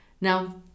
now